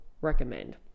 recommend